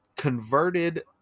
Converted